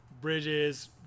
Bridges